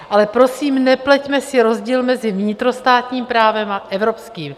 Ale prosím, nepleťme si rozdíl mezi vnitrostátním právem a evropským.